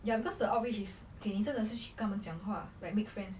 ya because the outreach is 给你真的是去跟他们讲话: gei ni zhen de shi qu gen ta men jiang hua like make friends